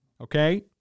okay